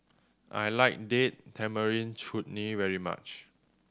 I like Date Tamarind Chutney very much